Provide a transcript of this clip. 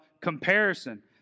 comparison